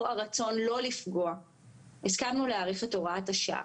הרצון לא לפגוע הסכמנו להאריך את הוראת השעה.